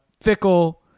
Fickle